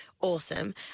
Awesome